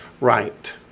Right